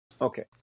Okay